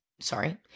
Sorry